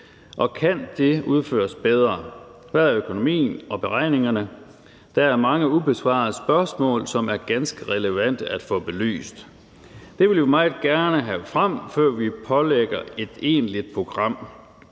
dag, kan det udføres bedre, og hvad er økonomien og beregningerne? Der er mange ubesvarede spørgsmål, som er ganske relevante at få belyst. Det vil vi meget gerne have frem, før vi pålægger nogen et egentligt program.